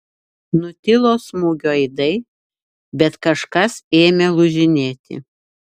nutilo smūgio aidai bet kažkas ėmė lūžinėti